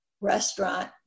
restaurant